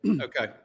Okay